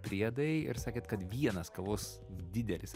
priedai ir sakėt kad vienas kavos didelis